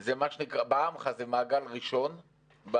זה מעגל ראשון,